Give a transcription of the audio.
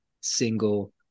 single